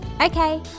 Okay